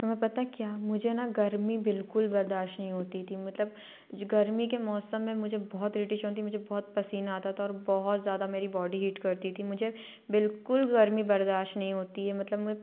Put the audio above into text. तुम्हें पता क्या मुझे ना गर्मी बिल्कुल बर्दाश्त नहीं होती थी मतलब गर्मी के मौसम में मुझे बहुत मुझे बहुत पसीना आता था और बहोत ज़्यादा मेरी बॉडी हीट करती थी मुझे बिल्कुल गर्मी बर्दाश्त नहीं होती है मतलब